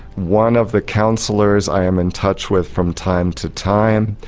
one of the counsellors i am in touch with from time to time,